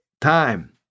time